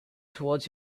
toward